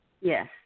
Yes